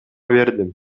бердим